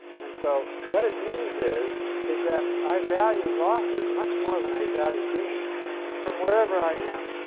and so what it means is is that i value losses much more than i value gains from wherever i am.